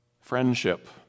friendship